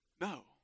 No